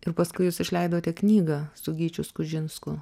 ir paskui jūs išleidote knygą su gyčiu skužinsku